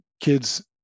kids